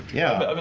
yeah, i mean